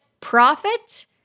profit